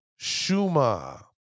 Shuma